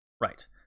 Right